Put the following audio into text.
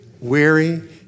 weary